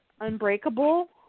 Unbreakable